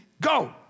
go